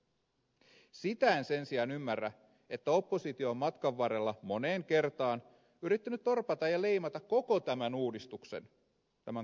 sitä en sen sijaan ymmärrä että oppositio on matkan varrella moneen kertaan yrittänyt torpata ja leimata koko tämän uudistuksen tämän kampanjakaton varjolla